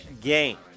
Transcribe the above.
game